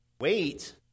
Wait